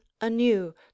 anew